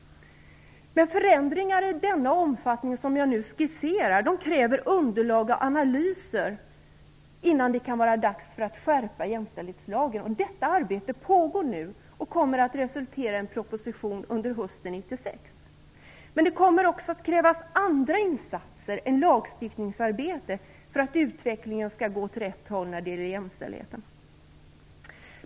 Men förändringar i den omfattning som jag nu skisserar kräver underlag och analyser innan det kan bli dags att skärpa jämställdhetslagen. Detta arbete pågår nu och kommer att resultera i en proposition under hösten 1996. Men det kommer också att krävas andra insatser än lagstiftningsarbete för att utvecklingen skall gå åt rätt håll när det gäller jämställdheten.